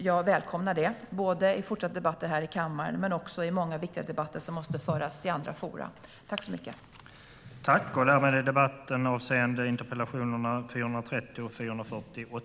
Jag välkomnar det, i fortsatta debatter här i kammaren men också i många viktiga debatter som måste föras i andra forum.